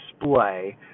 display